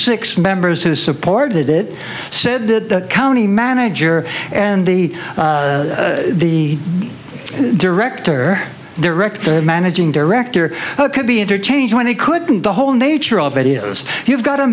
six members who supported it said that the county manager and the the director director of managing director could be interchange when they couldn't the whole nature of it is you have got a